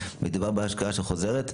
מדובר בהשקעה שחוזרת,